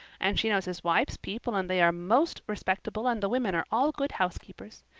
and she knows his wife's people and they are most respectable and the women are all good housekeepers.